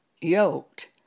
yoked